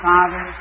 Father